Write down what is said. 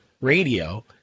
radio